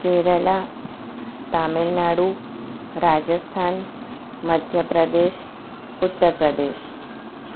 Kerala Tamil Nadu Rajasthan Madhya Pradesh Uttar Pradesh